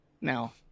Now